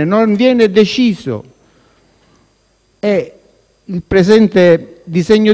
e il disegno di legge in